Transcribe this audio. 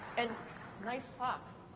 and nice socks.